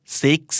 six